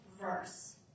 verse